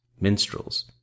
minstrels